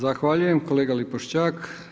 Zahvaljujem kolega Lipošćak.